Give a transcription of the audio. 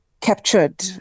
captured